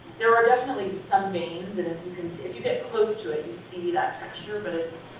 there are definitely some veins and if you can see if you get close to it you see that texture, but it's,